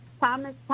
Thomas